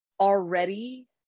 already